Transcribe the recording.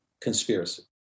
conspiracy